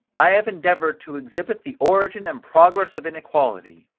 i have endeavoured to exhibit the origin and progress of inequality,